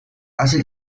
hace